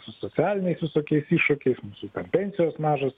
su socialiniais visokiais iššūkiais su kam pensijos mažos